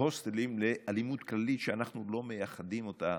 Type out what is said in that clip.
הוסטלים לאלימות כללית, שאנחנו לא מייחדים אותה